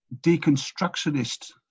deconstructionist